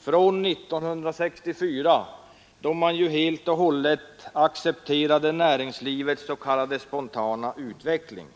från 1964, då man ju helt accepterade näringslivets s.k. spontana utveckling.